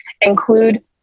include